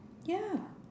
ya